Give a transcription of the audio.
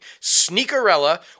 Sneakerella